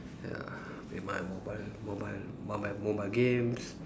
ya play my mobile mobile mobile mobile games